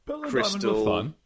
crystal